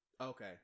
okay